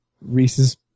Reese's